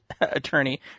Attorney